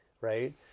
right